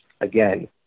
again